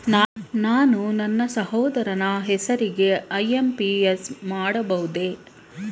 ನಾನು ನನ್ನ ಸಹೋದರನ ಹೆಸರಿಗೆ ಐ.ಎಂ.ಪಿ.ಎಸ್ ಮಾಡಬಹುದೇ?